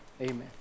Amen